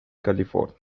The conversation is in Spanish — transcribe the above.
california